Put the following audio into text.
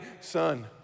son